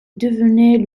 devenait